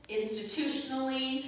institutionally